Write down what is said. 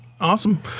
Awesome